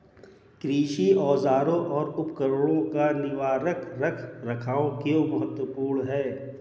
कृषि औजारों और उपकरणों का निवारक रख रखाव क्यों महत्वपूर्ण है?